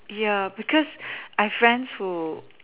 ya because I've friends who